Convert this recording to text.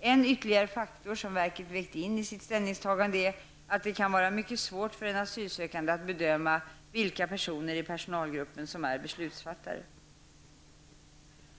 En ytterligare faktor, som verket vägt in i sitt ställningstagande, är att det kan vara mycket svårt för en asylsökande att bedöma vilka personer i personalgruppen som är beslutsfattare.